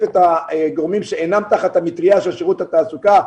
את הגורמים שאינם תחת המטריה של שירות התעסוקה,